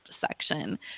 section